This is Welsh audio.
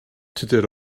tudur